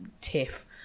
tiff